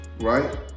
Right